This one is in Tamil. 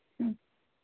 ம்